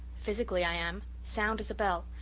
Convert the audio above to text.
physically i am. sound as a bell.